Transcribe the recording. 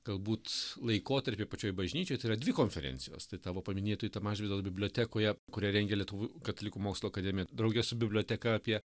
galbūt laikotarpį pačioj bažnyčioj tai yra dvi konferencijos tai tavo paminėtoji ta mažvydo bibliotekoje kurią rengia lietuvių katalikų mokslo akademija drauge su biblioteka apie